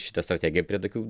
šita strategija prie tokių